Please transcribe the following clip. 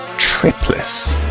tripliss.